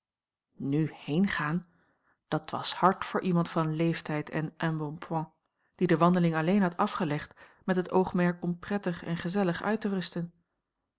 nu heengaan dat was hard voor iemand van leeftijd en embonpoint die de wandeling alleen had afgelegd met het oogmerk om prettig en gezellig uit te rusten